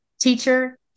teacher